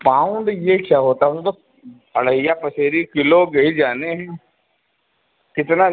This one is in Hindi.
पाउंड यह क्या होता है हमें बस अढ़ाइया पसेरी किलो यही जाने है कितना